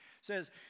says